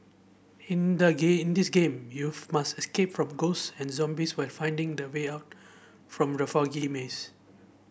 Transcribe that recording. in the game in this game you must escape from ghosts and zombies while finding the way out from the foggy maze